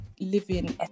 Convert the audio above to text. living